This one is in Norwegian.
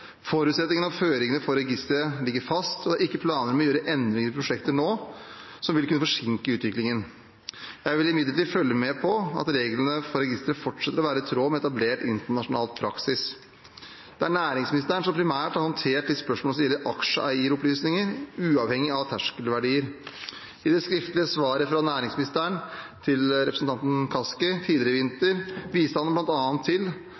Forutsetningene og føringene for registeret ligger fast, og det er ikke planer om å gjøre endringer i prosjektet nå som vil kunne forsinke utviklingen. Jeg vil imidlertid følge med på at reglene for registeret fortsetter å være i tråd med etablert internasjonal praksis. Det er næringsministeren som primært har håndtert de spørsmål som gjelder aksjeeieropplysninger, uavhengig av terskelverdier. I det skriftlige svaret fra næringsministeren til representanten Kaski tidligere i vinter viste han bl.a. til